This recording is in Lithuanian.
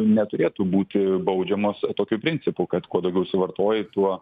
neturėtų būti baudžiamos tokiu principu kad kuo daugiau suvartoji tuo